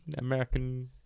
American